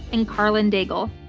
and karlyn daigle.